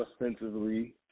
offensively